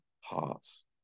hearts